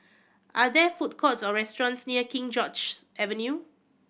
are there food courts or restaurants near King George's Avenue